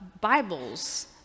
Bibles